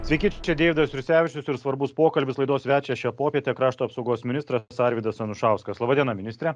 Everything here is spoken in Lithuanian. sveiki čia deividas jursevičius ir svarbus pokalbis laidos svečias šią popietę krašto apsaugos ministras arvydas anušauskas laba diena ministre